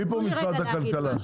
מי פה ממשרד הכלכלה?